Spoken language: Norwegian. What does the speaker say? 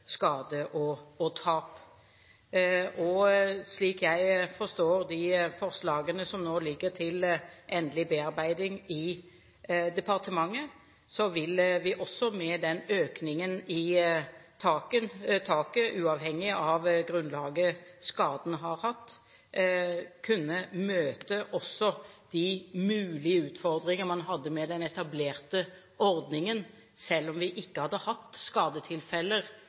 og tap. Slik jeg forstår de forslagene som nå ligger til endelig bearbeiding i departementet, vil vi også – med den økningen i taket uavhengig av grunnlaget skaden har hatt – kunne møte de mulige utfordringer man hadde med den etablerte ordningen, selv om vi, så vidt jeg forstår, ikke har hatt skadetilfeller